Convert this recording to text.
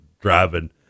driving